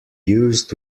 used